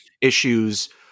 issues